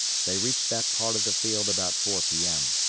they reached that part of the field about four p m.